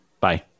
Bye